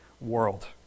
world